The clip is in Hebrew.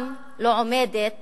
גם לא עומדת